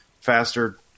faster